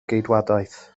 geidwadaeth